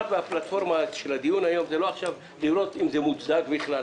הפלטפורמה של הדיון היום היא לא לראות אם זה מוצדק בכלל,